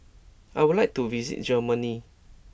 I would like to visit Germany